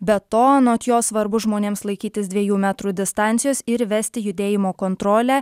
be to anot jo svarbu žmonėms laikytis dviejų metrų distancijos ir įvesti judėjimo kontrolę